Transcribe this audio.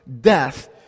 death